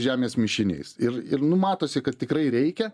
žemės mišiniais ir ir nu matosi kad tikrai reikia